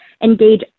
engage